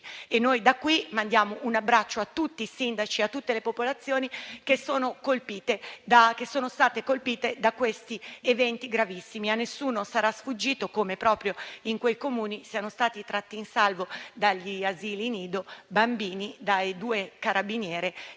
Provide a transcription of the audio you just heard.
Da quest'Aula mandiamo un abbraccio a tutti i sindaci e a tutte le popolazioni che sono state colpite da questi eventi gravissimi. A nessuno sarà sfuggito come proprio in quei Comuni siano stati tratti in salvo dagli asili nido dei bambini da due carabinieri